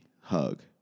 hug